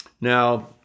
Now